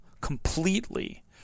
completely